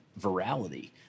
virality